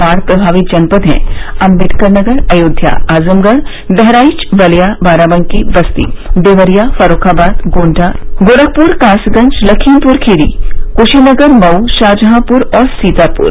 बाढ़ प्रभावित जनपद है अम्बेडकर नगर अयोध्या आजमगढ़ बहराइच बलिया बाराबंकी बस्ती देवरिया फर्रूखाबाद गोण्डा गोरखपुर कासगंज लखीमपुर खीरी कुशीनगर मऊ शाहजहांपुर और सीतापुर